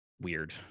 weird